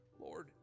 Lord